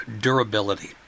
durability